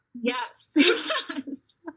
yes